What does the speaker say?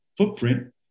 Footprint